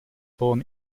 born